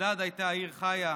בגדאד הייתה עיר חיה,